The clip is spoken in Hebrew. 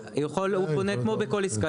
הוא פונה כמו בכל עסקה,